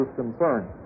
concerned